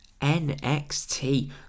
NXT